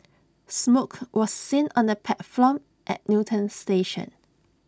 smoke was seen on the platform at Newton station